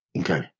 Okay